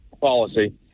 policy